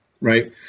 right